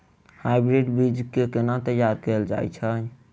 Hybrid बीज केँ केना तैयार कैल जाय छै?